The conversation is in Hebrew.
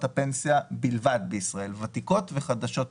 הפנסיה בלבד בישראל ותיקות וחדשות מקיפות.